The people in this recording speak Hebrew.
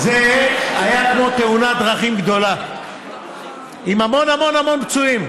זה היה כמו תאונת דרכים גדולה עם המון המון המון פצועים,